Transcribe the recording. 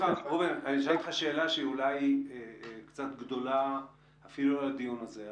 אני אשאל אותך שאלה שהיא אולי קצת גדולה אפילו לדיון הזה.